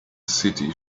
city